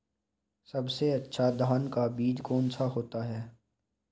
सबसे अच्छा धान का बीज कौन सा होता है?